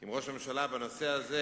עם ראש הממשלה בנושא הזה